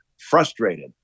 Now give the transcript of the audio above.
frustrated